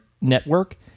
network